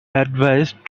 advised